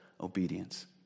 obedience